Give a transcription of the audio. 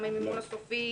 גם המימון הסופי,